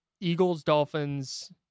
Eagles-Dolphins